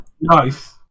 Nice